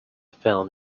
film